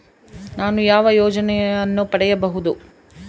ನಾನು ಯಾವ ಯೋಜನೆಯನ್ನು ಪಡೆಯಬಹುದು?